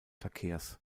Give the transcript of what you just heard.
verkehrs